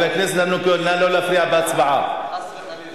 שעניינה הגנה על קטין מפני פרסומים מזיקים,